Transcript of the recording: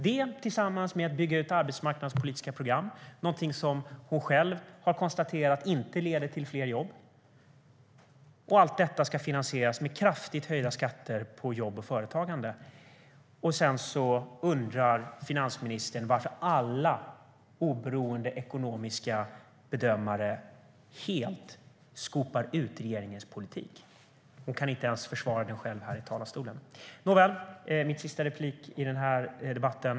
Det tillsammans med att man bygger ut arbetsmarknadspolitiska program är någonting som hon själv har konstaterat inte leder till fler jobb. Och allt detta ska finansieras med kraftigt höjda skatter på jobb och företagande. Sedan undrar finansministern varför alla oberoende ekonomiska bedömare helt skåpar ut regeringens politik. Hon kan inte ens försvara den själv här i talarstolen. Nåväl, detta är min sista replik i den här debatten.